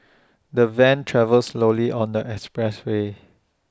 the van travelled slowly on the expressway